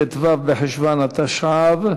ט"ו בחשוון התשע"ו,